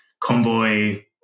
convoy